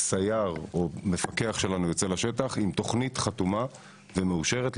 סייר או מפקח שלנו יוצא לשטח עם תוכנית חתומה ומאושרת לביצוע.